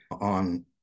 on